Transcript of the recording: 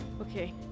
okay